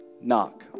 knock